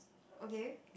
okay